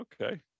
okay